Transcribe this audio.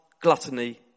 gluttony